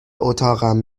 اتاقم